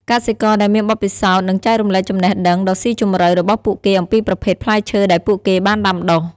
កសិករដែលមានបទពិសោធន៍នឹងចែករំលែកចំណេះដឹងដ៏ស៊ីជម្រៅរបស់ពួកគេអំពីប្រភេទផ្លែឈើដែលពួកគេបានដាំដុះ។